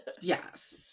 Yes